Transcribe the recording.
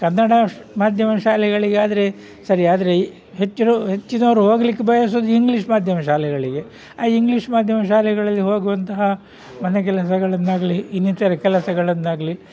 ಕನ್ನಡ ಮಾಧ್ಯಮ ಶಾಲೆಗಳಿಗಾದರೆ ಸರಿಯಾದರೆ ಹೆಚ್ಚುನೂ ಹೆಚ್ಚಿನವ್ರು ಹೋಗಲಿಕ್ಕೆ ಬಯಸೋದು ಇಂಗ್ಲಿಷ್ ಮಾಧ್ಯಮ ಶಾಲೆಗಳಿಗೆ ಆ ಇಂಗ್ಲಿಷ್ ಮಾಧ್ಯಮ ಶಾಲೆಗಳಲ್ಲಿ ಹೋಗುವಂತಹ ಮನೆಕೆಲಸಗಳನ್ನಾಗಲಿ ಇನ್ನಿತರ ಕೆಲಸಗಳನ್ನಾಗಲಿ